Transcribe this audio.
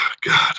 God